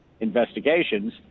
investigations